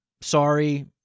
Sorry